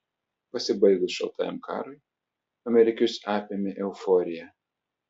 pasibaigus šaltajam karui amerikiečius apėmė euforija